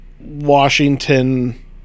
washington